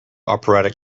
operatic